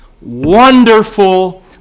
wonderful